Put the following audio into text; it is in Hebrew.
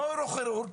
נוירוכירורג.